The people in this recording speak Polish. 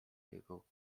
jego